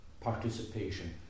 participation